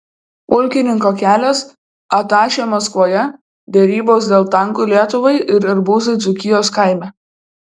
pulkininko kelias atašė maskvoje derybos dėl tankų lietuvai ir arbūzai dzūkijos kaime